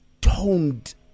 toned